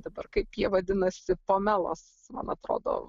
dabar kaip jie vadinasi pamelos man atrodo